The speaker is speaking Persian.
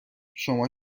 شما